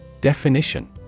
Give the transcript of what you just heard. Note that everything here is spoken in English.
Definition